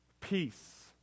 peace